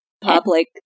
public